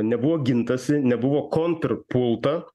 nebuvo gintasi nebuvo kontr pulta